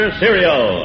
cereal